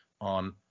on